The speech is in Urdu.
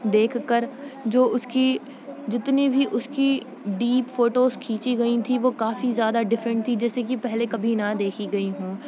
دیکھ کر جو اس کی جتنی بھی اس کی ڈیپ فوٹوز کھینچی گئیں تھیں وہ کافی زیادہ ڈفرنٹ تھی جیسے کہ پہلے کبھی نہ دیکھی گئیں ہوں